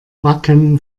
wacken